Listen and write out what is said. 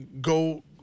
go